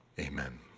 amen.